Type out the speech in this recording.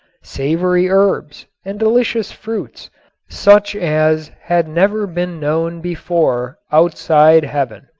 savory herbs and delicious fruits such as had never been known before outside heaven.